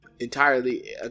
entirely